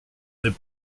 n’est